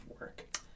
work